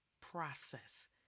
process